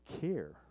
care